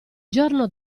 giorno